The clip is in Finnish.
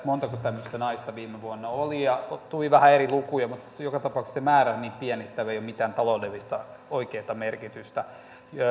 montako tämmöistä naista viime vuonna oli ja tuli vähän eri lukuja mutta joka tapauksessa se määrä on niin pieni että tällä ei ole mitään taloudellista oikeata merkitystä